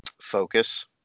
focus